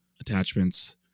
attachments